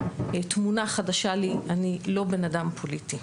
תמונה חדשה שלי אני לא בן אדם פוליטי.